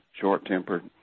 short-tempered